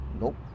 Nope